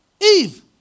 Eve